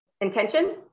intention